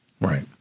Right